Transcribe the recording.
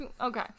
okay